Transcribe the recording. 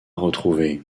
retrouvé